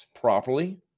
properly